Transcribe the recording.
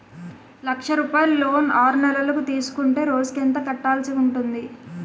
లక్ష రూపాయలు లోన్ ఆరునెలల కు తీసుకుంటే రోజుకి ఎంత కట్టాల్సి ఉంటాది?